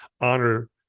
honor